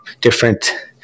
different